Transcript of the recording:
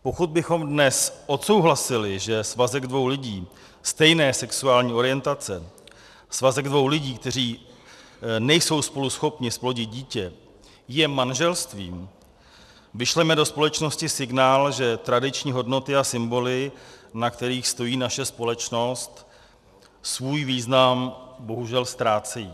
Pokud bychom dnes odsouhlasili, že svazek dvou lidí stejné sexuální orientace, svazek dvou lidí, kteří nejsou spolu schopni zplodit dítě, je manželstvím, vyšleme do společnosti signál, že tradiční hodnoty a symboly, na kterých stojí naše společnost, svůj význam bohužel ztrácejí.